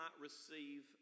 receive